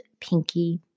Pinky